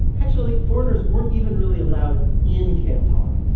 actually, foreigners weren't even really allowed in canton.